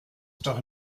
doch